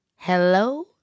hello